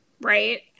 Right